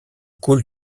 coule